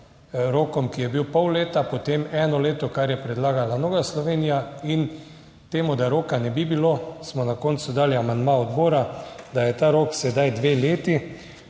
rokom, ki je bil pol leta, potem eno leto kar je predlagala Nova Slovenija in temu, da roka ne bi bilo, smo na koncu dali amandma odbora, da je ta rok sedaj dve leti.